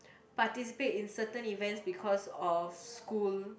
participate in certain events because of school